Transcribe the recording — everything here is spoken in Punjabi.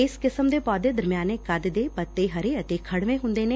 ਇਸ ਕਿਸਮ ਦੇ ਪੌਦੇ ਦਰਮਿਆਨੇ ਕੱਦ ਦੇ ਪੱਤੇ ਹਰੇ ਅਤੇ ਖੜਵੇਂ ਹੂੰਦੇ ਨੇ